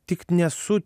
tik nesu